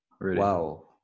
wow